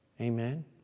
Amen